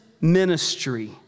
ministry